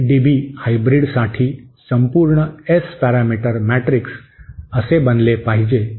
3 dB हायब्रीडसाठी संपूर्ण S parameter matrix असे बनले पाहिजे